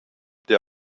der